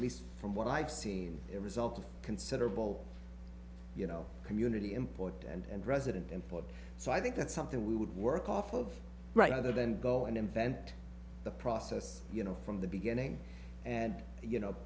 least from what i've seen a result of considerable you know community import and resident input so i think that's something we would work off of rather than go and invent the process you know from the beginning and you know